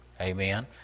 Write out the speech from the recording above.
Amen